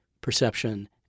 perception